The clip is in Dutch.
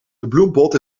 bloempot